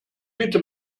bitte